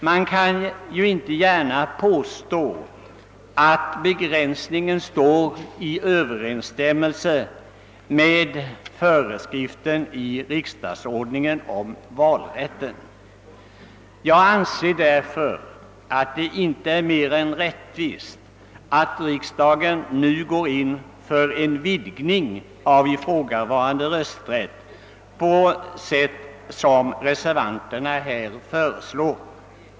Man kan ju inte gärna påstå att begränsningen står i överensstämmelse med föreskriften i riksdagsordningen om valrätten. Jag anser fördenskull att det inte är mer än rättvist att riksdagen nu går in för en vidgning av ifrågavarande rösträtt på sätt som vi reservanter föreslår.